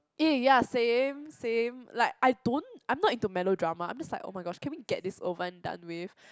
eh ya same same like I don't I'm not into melodrama I'm just like oh-my-gosh can we get this over and done with